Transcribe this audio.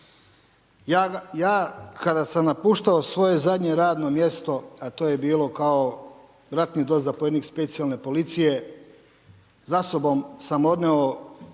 ja kad sam napuštao svoje zadnje radno mjesto, a to je bilo kao ratni dozapovjednik spacijalne policije, za sobom sam odnio